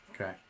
Okay